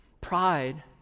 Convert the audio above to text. Pride